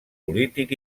polític